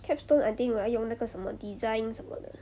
capstone I think 我要用那个什么 design 什么的